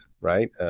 right